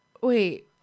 Wait